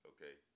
Okay